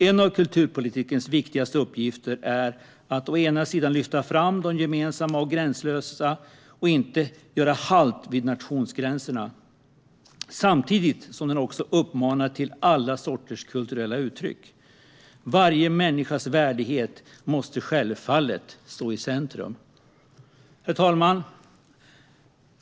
En av kulturpolitikens viktigaste uppgifter är att lyfta fram det gemensamma och gränslösa som inte gör halt vid nationsgränser samtidigt som den uppmuntrar till alla sorters kulturella uttryck. Varje människas värdighet måste självfallet stå i centrum. Herr talman!